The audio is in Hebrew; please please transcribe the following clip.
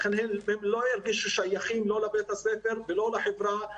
ולכן הם לפעמים לא ירגישו שייכים לא לבית הספר ולא לחברה.